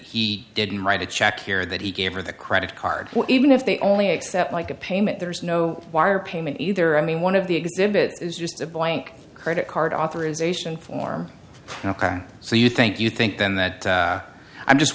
he didn't write a check here that he gave her the credit card even if they only accept like a payment there's no wire payment either i mean one of the exhibits is just a blank credit card authorization form ok so you think you think then that i'm just